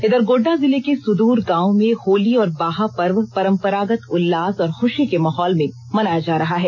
इधर गोड्डा जिले के सुद्र गांवों में होली और बाहा पर्व परंपरागत उल्लास और खुषी के माहौल में मनाया जा रहा है